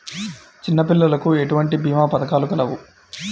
చిన్నపిల్లలకు ఎటువంటి భీమా పథకాలు కలవు?